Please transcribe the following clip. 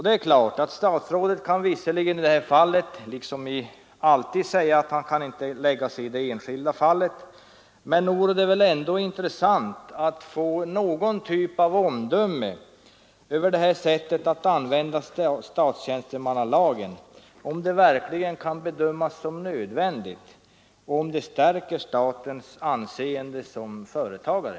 Det är klart att statsrådet i det här fallet — liksom alltid — kan säga att han inte kan blanda sig i det enskilda fallet, men nog vore det ändå intressant att få något slags omdöme om det här sättet att använda statstjänstemannalagen. Kan det verkligen bedömas som nödvändigt och stärker det statens anseende som företagare?